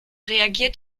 reagiert